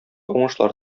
уңышлар